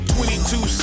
Twenty-two